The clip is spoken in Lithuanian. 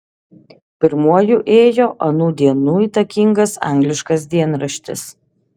pirmuoju ėjo anų dienų įtakingas angliškas dienraštis